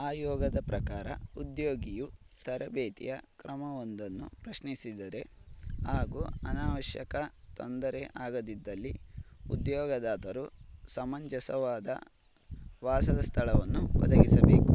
ಆಯೋಗದ ಪ್ರಕಾರ ಉದ್ಯೋಗಿಯು ತರಬೇತಿಯ ಕ್ರಮವೊಂದನ್ನು ಪ್ರಶ್ನಿಸಿದರೆ ಹಾಗೂ ಅನಾವಶ್ಯಕ ತೊಂದರೆ ಆಗದಿದ್ದಲ್ಲಿ ಉದ್ಯೋಗದಾತರು ಸಮಂಜಸವಾದ ವಾಸದ ಸ್ಥಳವನ್ನು ಒದಗಿಸಬೇಕು